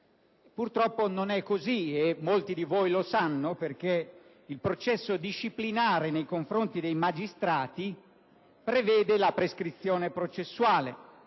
Purtroppo non è così e molti di voi lo sanno perché il processo disciplinare nei confronti dei magistrati prevede la prescrizione processuale.